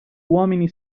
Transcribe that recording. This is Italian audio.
uomini